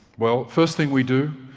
well, first thing we do,